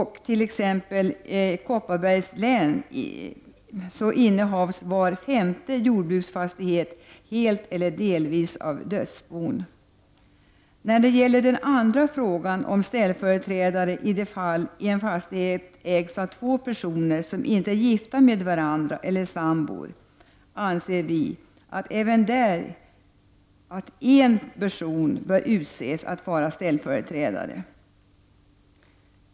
I t.ex. Kopparbergs län innehas var femte jordbruksfastighet helt eller delvis av dödsbon. Även då det gäller den andra frågan, om ställföreträdare i de fall en fastig het ägs av två personer som inte är gifta med varandra eller sambor, anser vi att en person bör utses att vara ställföreträdare.